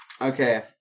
Okay